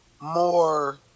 more